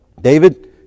David